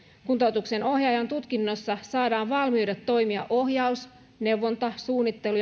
kuntoutuksen ohjaajan tutkinnossa saadaan valmiudet toimia ohjaus neuvonta suunnittelu